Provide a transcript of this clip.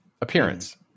Appearance